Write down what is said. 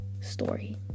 story